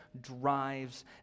drives